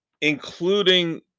including